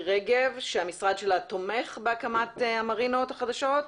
רגב שהמשרד שלה תומך בהקמת המרינות החדשות,